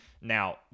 now